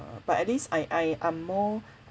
err but at least I I I'm more